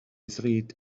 ddrud